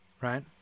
Right